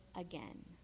again